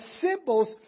symbols